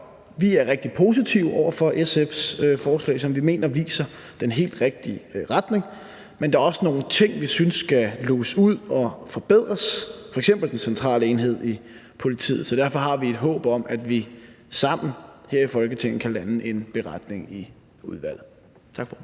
Vi er rigtig positive over for SF's forslag, som vi mener viser den helt rigtige retning, men der er også nogle ting, som vi synes skal luges ud og forbedres, f.eks. den centrale enhed i politiet. Så derfor har vi et håb om, at vi sammen her i Folketinget kan lande en beretning i udvalget. Tak for